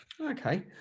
Okay